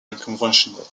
unconventional